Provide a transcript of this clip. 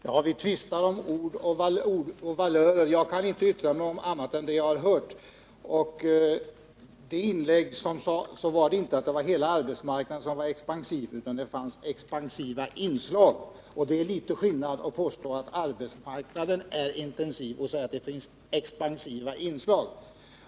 Herr talman! Vi tvistar om ord och ordvalörer. Jag kan naturligtvis inte yttra mig om annat än det jag har hört, och som jag uppfattade inlägget sades det inte att hela arbetsmarknaden var expansiv, utan det sades att där fanns expansiva inslag. Det är litet skillnad mellan att påstå att arbetsmarknaden är expansiv och att säga att den innehåller expansiva inslag.